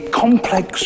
complex